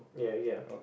ya ya